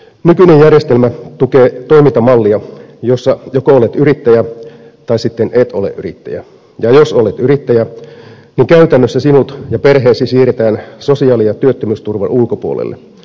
nykyinen järjestelmä tukee toimintamallia jossa joko olet yrittäjä tai sitten et ole yrittäjä ja jos olet yrittäjä niin käytännössä sinut ja perheesi siirretään sosiaali ja työttömyysturvan ulkopuolelle